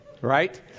right